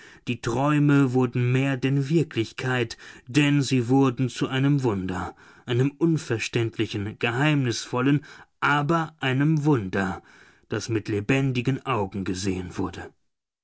die träume wurden mehr denn wirklichkeit denn sie wurden zu einem wunder einem unverständlichen geheimnisvollen aber einem wunder das mit lebendigen augen gesehen wurde